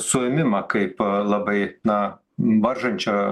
suėmimą kaip labai na varžančią